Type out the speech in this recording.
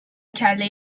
کله